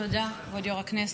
תודה, כבוד יו"ר הכנסת.